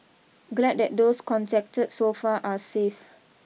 glad that those contacted so far are safe